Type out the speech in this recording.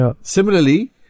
Similarly